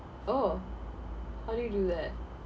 oh how do you do that